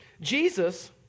Jesus